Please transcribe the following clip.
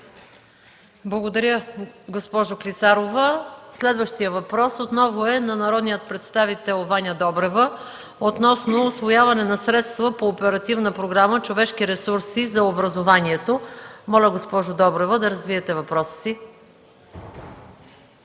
Благодаря, госпожо Клисарова. Следващият въпрос отново е от народния представител Ваня Добрева относно усвояване на средства по Оперативна програма „Човешки ресурси” за образованието. Госпожо Добрева, моля да развиете въпроса си.